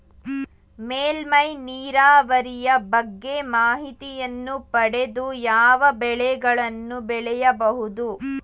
ಮೇಲ್ಮೈ ನೀರಾವರಿಯ ಬಗ್ಗೆ ಮಾಹಿತಿಯನ್ನು ಪಡೆದು ಯಾವ ಬೆಳೆಗಳನ್ನು ಬೆಳೆಯಬಹುದು?